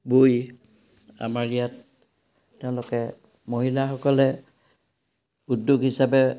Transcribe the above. বৈ আমাৰ ইয়াত তেওঁলোকে মহিলাসকলে উদ্যোগ হিচাপে